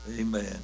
Amen